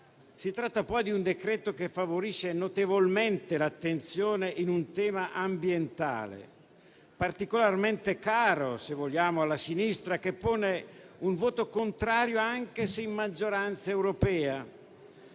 Si tratta di un decreto-legge che favorisce notevolmente l'attenzione in tema ambientale, particolarmente caro - se vogliamo - alla sinistra che pone un voto contrario, anche se in maggioranza europea.